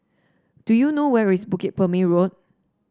do you know where is Bukit Purmei Road